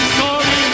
Story